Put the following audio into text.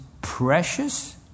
precious